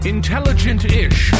Intelligent-ish